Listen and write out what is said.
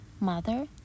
Mother